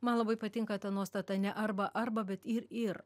man labai patinka ta nuostata ne arba arba bet ir ir